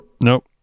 Nope